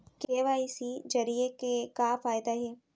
KYC जरिए के का फायदा हे?